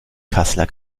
kassler